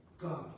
God